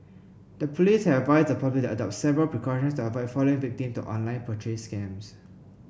the police have advised the public to adopt several precautions to avoid falling victim to online purchase scams